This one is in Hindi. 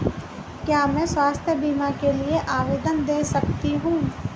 क्या मैं स्वास्थ्य बीमा के लिए आवेदन दे सकती हूँ?